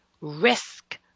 risk